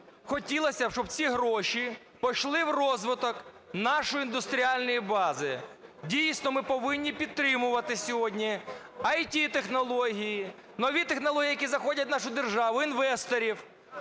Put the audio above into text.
Хотілося б, щоб ці гроші пішли в розвиток нашої індустріальної бази. Дійсно ми повинні підтримувати сьогодні ІТ-технології, нові технології, які заходять в нашу державу, інвесторів.